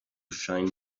shine